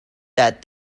that